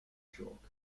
chalk